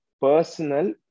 personal